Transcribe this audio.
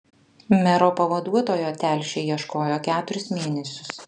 mero pavaduotojo telšiai ieškojo keturis mėnesius